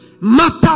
matter